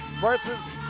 versus